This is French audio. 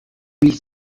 mille